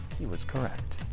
he was correct.